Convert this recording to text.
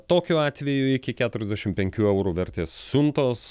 tokiu atveju iki keturiasdešim penkių eurų vertės siuntos